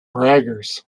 braggers